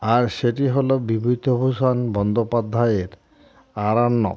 আর সেটি হলো বিভূতিভূষণ বন্দ্যোপাধ্যায়ের আরণ্যক